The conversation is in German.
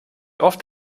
oft